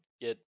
get